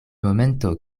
momento